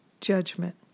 judgment